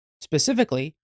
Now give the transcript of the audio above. Specifically